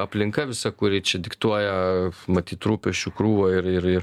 aplinka visa kuri čia diktuoja matyt rūpesčių krūvą ir ir ir